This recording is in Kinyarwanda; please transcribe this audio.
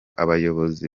abayobozi